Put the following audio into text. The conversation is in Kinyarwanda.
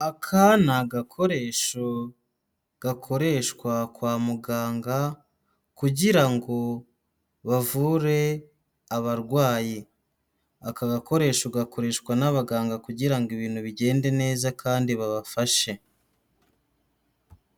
Aka ni agakoresho gakoreshwa kwa muganga, kugira ngo bavure abarwayi. Aka gakoresho gakoreshwa n'abaganga kugira ngo ibintu bigende neza kandi babafashe.